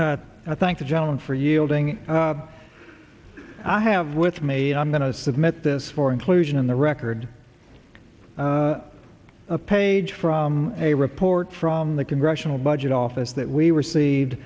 and i thank the gentleman for yielding i have with me and i'm going to submit this for inclusion in the record a page from a report from the congressional budget office that we received